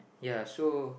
ya so